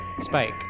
Spike